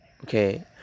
Okay